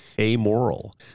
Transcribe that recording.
amoral